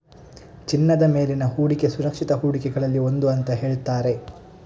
ಚಿನ್ನದ ಮೇಲಿನ ಹೂಡಿಕೆ ಸುರಕ್ಷಿತ ಹೂಡಿಕೆಗಳಲ್ಲಿ ಒಂದು ಅಂತ ಹೇಳ್ತಾರೆ